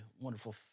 wonderful